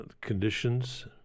conditions